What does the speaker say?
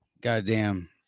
Goddamn